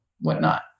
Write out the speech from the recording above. whatnot